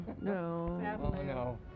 no